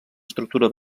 estructura